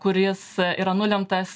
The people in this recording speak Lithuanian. kuris yra nulemtas